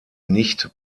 nicht